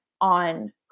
on